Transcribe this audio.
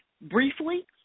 briefly